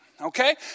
okay